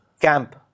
Camp